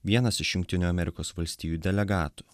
vienas iš jungtinių amerikos valstijų delegatų